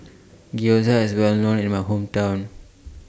Gyoza IS Well known in My Hometown